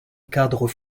cadre